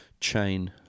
chain